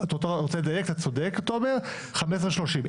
אתה צודק, הוא עולה יותר - 15.30 שקלים.